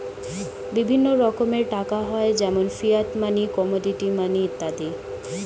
বিভিন্ন রকমের টাকা হয় যেমন ফিয়াট মানি, কমোডিটি মানি ইত্যাদি